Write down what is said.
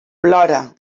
plora